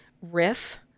Riff